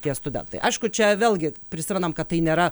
tie studentai aišku čia vėlgi prisimenam kad tai nėra